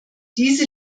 diese